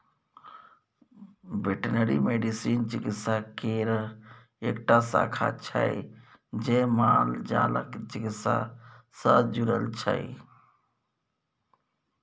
veterinary medicine चिकित्सा केर एकटा शाखा छै जे मालजालक चिकित्सा सँ जुरल छै